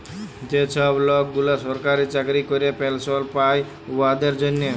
যে ছব লকগুলা সরকারি চাকরি ক্যরে পেলশল পায় উয়াদের জ্যনহে